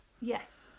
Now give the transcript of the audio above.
Yes